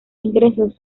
ingresos